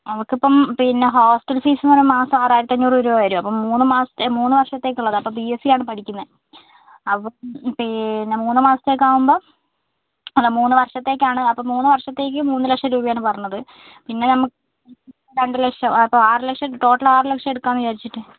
അവക്കിപ്പം പിന്നെ ഹോസ്റ്റൽ ഫീസ്ന്ന് പറഞ്ഞാൽ മാസം ആറായിരത്തി അഞ്ഞൂറു രൂപ വരും അപ്പം മൂന്ന് മാസത്തേക്ക് മൂന്നുവർഷത്തേക്കുള്ളതാ അപ്പോൾ ബി എസ് സി ആണ് പഠിക്കുന്നത് അപ്പോൾ പിന്നെ മൂന്നുമാസത്തേക്ക് ആവുമ്പോൾ അല്ല മൂന്ന് വർഷത്തേക്കാണ് അപ്പോൾ മൂന്നുവർഷത്തേക്ക് മൂന്നുലക്ഷം രൂപയാണ് പറഞ്ഞത് പിന്നെ നമുക്ക് രണ്ട് ലക്ഷോ അപ്പോൾ ആറ് ലക്ഷം ടോട്ടല് ആറ് ലക്ഷം എടുക്കാൻന്ന് വിചാരിച്ചിട്ട്